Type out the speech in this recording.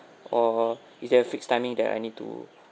or is there a fixed timing that I need to